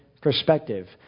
perspective